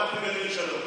בלי זה לא יהיה שום פתרון.